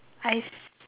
hi